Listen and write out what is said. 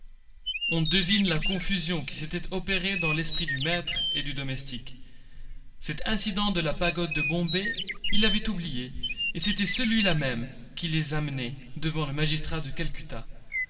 on devine la confusion qui s'était opérée dans l'esprit du maître et du domestique cet incident de la pagode de bombay ils l'avaient oublié et c'était celui-là même qui les amenait devant le magistrat de calcutta